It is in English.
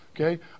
okay